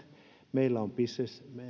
meillä on business